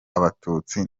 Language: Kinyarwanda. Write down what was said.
abatutsi